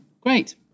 Great